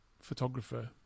photographer